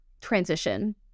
transition